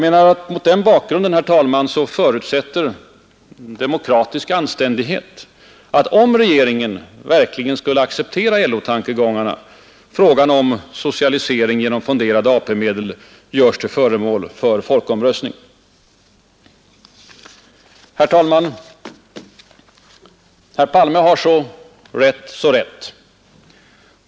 Mot den bakgrunden, herr talman, förutsätter demokratisk anständighet, om regeringen verkligen skulle acceptera LO:s tankegångar, att frågan om socialisering genom fonderade AP-medel göres till föremål för folkomröstning. Herr talman! Herr Palme har så rätt, så rätt.